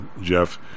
Jeff